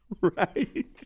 Right